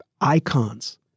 icons